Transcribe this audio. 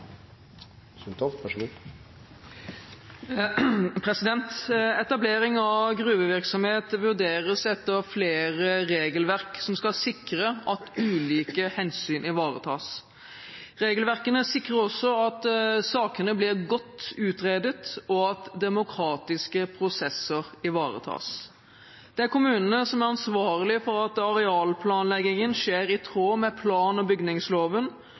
Etablering av gruvevirksomhet vurderes etter flere regelverk som skal sikre at ulike hensyn ivaretas. Regelverkene sikrer også at sakene blir godt utredet, og at demokratiske prosesser ivaretas. Det er kommunene som er ansvarlige for at arealplanleggingen skjer i tråd med plan- og bygningsloven,